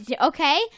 Okay